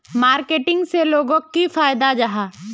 Marketing से लोगोक की फायदा जाहा?